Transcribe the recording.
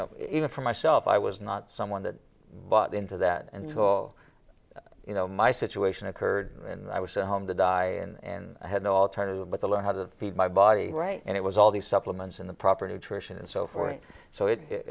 know even for myself i was not someone that bought into that and so you know my situation occurred and i was home to die in had no alternative but to learn how to feed my body right and it was all the supplements in the proper nutrition and so forth so it it